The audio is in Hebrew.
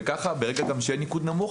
וברגע שיהיה ניקוד נמוך,